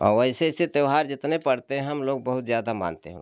और ऐसे ऐसे त्योहार जितने पड़ते हम लोग बहुत ज़्यादा मानते हैं उनको